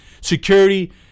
security